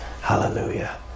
Hallelujah